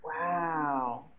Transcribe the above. wow